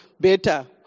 better